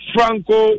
Franco